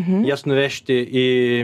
jas nuvežti į